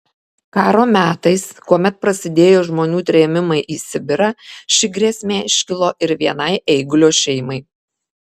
karo metais kuomet prasidėjo žmonių trėmimai į sibirą ši grėsmė iškilo ir vienai eigulio šeimai